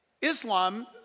Islam